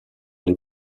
les